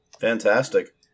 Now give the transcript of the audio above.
Fantastic